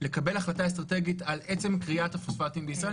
לקבל החלטה אסטרטגית על עצם כריית הפוספטים בישראל,